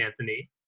Anthony